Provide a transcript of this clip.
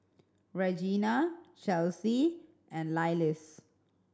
Regena Chelsie and Lillis